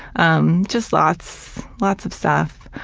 um just lots lots of stuff.